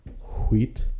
Wheat